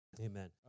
Amen